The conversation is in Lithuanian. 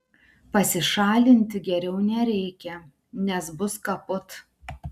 pasišalinti geriau nereikia nes bus kaput